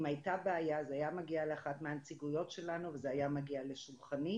אם הייתה בעיה זה היה מגיע לאחת מהנציגויות שלנו וזה היה מגיע לשולחני,